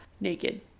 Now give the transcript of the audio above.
naked